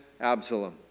Absalom